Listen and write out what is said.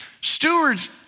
stewards